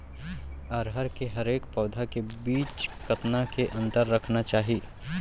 अरहर के हरेक पौधा के बीच कतना के अंतर रखना चाही?